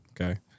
Okay